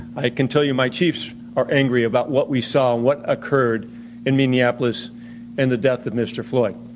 i can tell you my chiefs are angry about what we saw, what occurred in minneapolis and the death of mr. floyd.